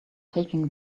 taking